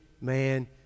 man